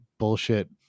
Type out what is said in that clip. bullshit